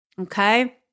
okay